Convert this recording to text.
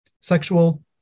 sexual